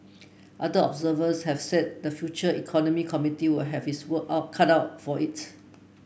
other observers have said the Future Economy Committee will have its work out cut out for it